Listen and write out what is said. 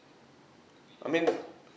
I mean